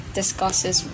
discusses